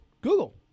Google